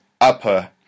Upper